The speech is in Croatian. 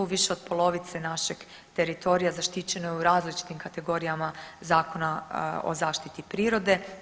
Više od polovice našeg teritorija zaštićeno je u različitim kategorijama Zakona o zaštiti prirode.